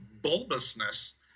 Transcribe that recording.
bulbousness